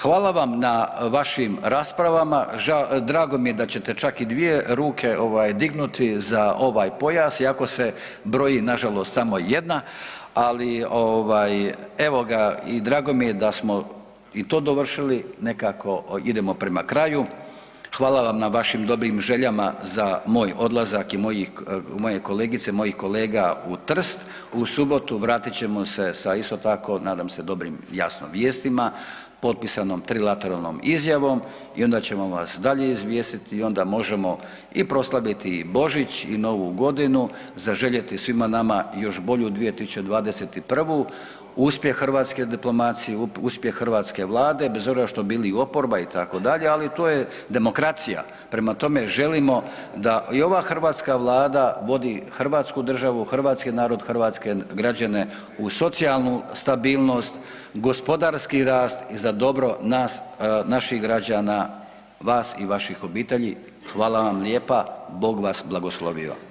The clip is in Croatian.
Hvala vam na vašim raspravama, drago mi je da ćete čak i dvije ruke dignuti za ovaj pojas iako se broji nažalost samo jedna, ali ovaj, evo ga, i drago mi je da smo i to dovršili, nekako, idemo prema kraju, hvala vam na vašim dobrim željama za moj odlazak i moje kolegica i mojih kolega u Trst u subotu, vratit ćemo se sa isto tako, nadam se, dobrim, jasno, vijestima, potpisanom trilateralnom izjavom i onda ćemo vas dalje izvijestiti i onda možemo i proslaviti i Božić i Novu godinu, zaželjeti svima nama još bolju 2021., uspjeh hrvatske diplomacije, uspjeh hrvatske Vlade, bez obzira što bili oporba, itd., ali to je demokracija, prema tome, želimo da i ova hrvatska Vlada vodi hrvatsku državu, hrvatski narod, hrvatske građane u socijalnu stabilnost, gospodarski rast i za dobro nas, naših građana, vas i vaših obitelji, hvala vam lijepa, Bog vas blagoslovio.